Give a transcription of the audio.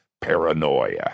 paranoia